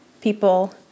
people